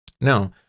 Now